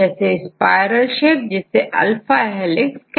जैसे spiral shape इसे alpha helix कहते हैं